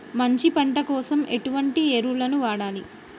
మంచి పంట కోసం ఎటువంటి ఎరువులు వాడాలి?